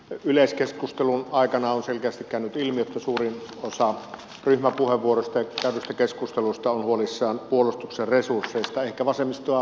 yleiskeskustelun aikana on selkeästi käynyt ilmi että suurimmassa osassa ryhmäpuheenvuoroista ja käydystä keskustelusta ollaan huolissaan puolustuksen resursseista ehkä vasemmistoa lukuun ottamatta